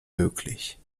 möglich